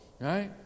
right